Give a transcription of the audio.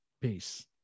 Peace